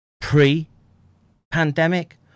pre-pandemic